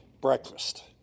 breakfast